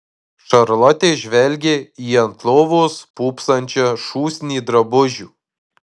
šarlotė žvelgė į ant lovos pūpsančią šūsnį drabužių